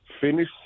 Finish